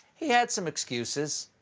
he had some excuses.